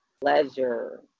pleasure